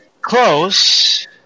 Close